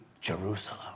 Jerusalem